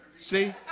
See